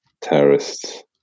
terrorists